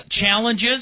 challenges